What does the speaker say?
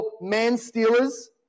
man-stealers